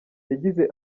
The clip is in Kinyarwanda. yagize